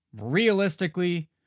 Realistically